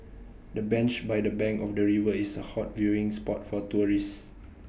the bench by the bank of the river is A hot viewing spot for tourists